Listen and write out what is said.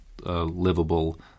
livable